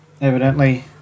evidently